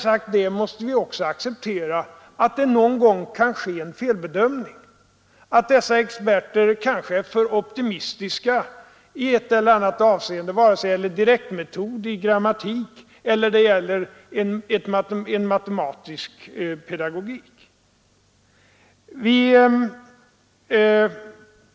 Därmed måste vi också acceptera att det någon gång kan ske felbedömning, att dessa experter kanske är för optimistiska i ett eller annat avseende, vare sig det gäller en direkt metod i grammatik eller en matematisk pedagogik.